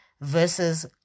versus